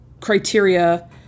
criteria